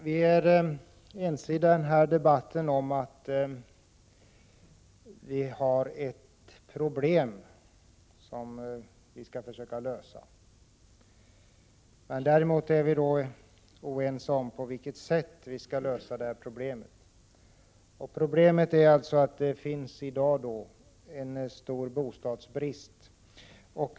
Herr talman! Vi är i denna debatt ense om att det finns ett problem som vi skall försöka lösa. Däremot är vi oense om på vilket sätt problemet skall lösas. Problemet är alltså att det i dag råder en stor bostadsbrist.